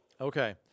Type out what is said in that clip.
Okay